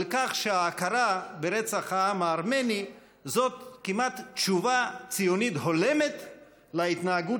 על כך שההכרה ברצח העם הארמני זו כמעט תשובה ציונית הולמת להתנהגות